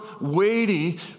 weighty